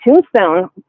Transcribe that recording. Tombstone